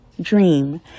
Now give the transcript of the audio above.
dream